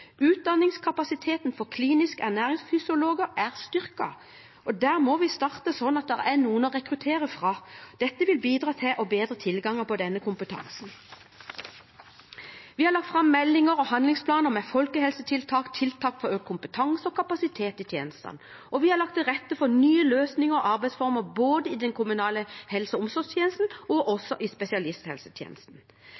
Utdanningskapasiteten for kliniske ernæringsfysiologer er styrket, og der må vi starte, sånn at det er noen å rekruttere. Det vil bidra til å bedre tilgangen på denne kompetansen. Vi har lagt fram meldinger og handlingsplaner med folkehelsetiltak og tiltak for økt kompetanse og kapasitet i tjenestene, og vi har lagt til rette for nye løsninger og arbeidsformer både i den kommunale helse- og omsorgstjenesten og i spesialisthelsetjenesten. Gjennom Leve hele livet signaliserer vi en ny og